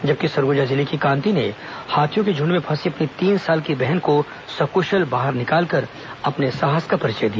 जबकि सरगुजा जिले की कांति ने हाथियों के झुण्ड में फंसी अपनी तीन साल की बहन को सक्शल बाहर निकालकर अपने साहस का परिचय दिया